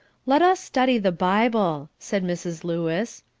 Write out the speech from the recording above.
let us study the bible, said mrs. lewis.